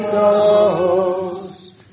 Ghost